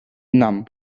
nann